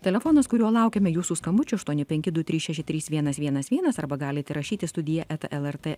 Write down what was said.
telefonas kuriuo laukiame jūsų skambučių aštuoni penki du trys šeši trys vienas vienas vienas arba galite rašyti studija eta lrt